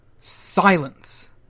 silence